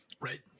Right